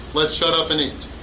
let's shut up and eat.